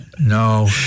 No